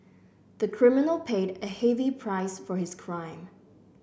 the criminal paid a heavy price for his crime